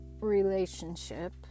relationship